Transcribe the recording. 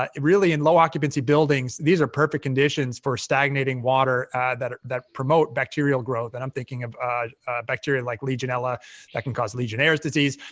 ah really, in low occupancy buildings, these are perfect conditions for stagnating water that that promote bacterial growth, and i'm thinking of bacteria like legionella that can cause legionnaires disease.